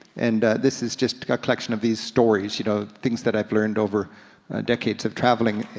and this is just a collection of these stories. you know things that i've learned over decades of traveling,